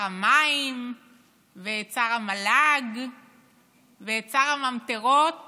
את שר המים ואת שר המל"ג ואת שר הממטרות